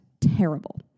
terrible